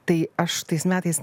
tai aš tais metais